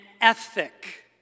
ethic